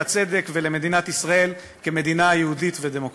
לצדק ולמדינת ישראל כמדינה יהודית ודמוקרטית.